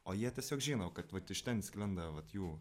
o jie tiesiog žino kad vat iš ten sklinda vat jų